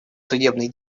судебной